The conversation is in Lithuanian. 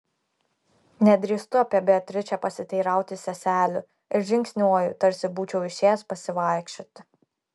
nedrįstu apie beatričę pasiteirauti seselių ir žingsniuoju tarsi būčiau išėjęs pasivaikščioti